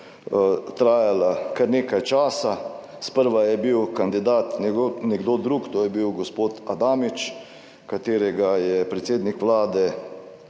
trajala kar nekaj časa. Sprva je bil kandidat nekdo drug, to je bil gospod Adamič, katerega je predsednik Vlade